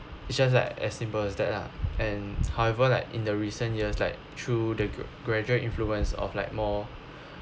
it's just like as simple as that ah and however like in the recent years like through the gr~ graduate influence of like more